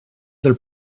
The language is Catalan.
del